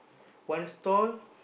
one stall